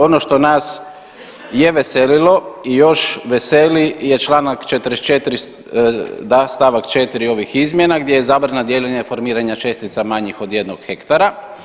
Ono što nas je veselilo i još veseli je Članak 44. da stavak 4. ovih izmjena gdje je zabrana dijeljenja formiranja čestica manjih od jednog hektara.